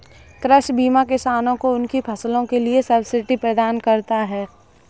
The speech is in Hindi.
कृषि बीमा किसानों को उनकी फसलों के लिए सब्सिडी प्रदान करता है